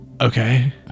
Okay